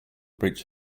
bridge